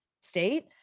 state